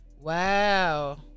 Wow